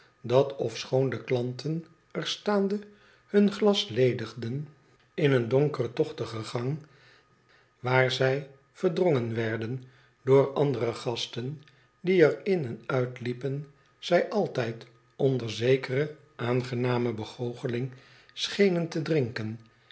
dat ofschoon de klanten er staande hun glas ledigden in een donkeren tochtieen gang waar zij verdrongen werden door andere gasten die er in en uitliepen zij altijd onder zekere aangename begoocheling schenen te drinken